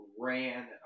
ran